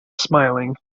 smiling